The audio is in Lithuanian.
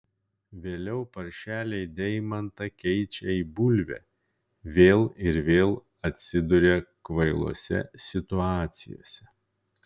vėliau paršeliai deimantą keičia į bulvę vėl ir vėl atsiduria kvailose situacijose